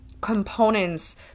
Components